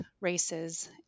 races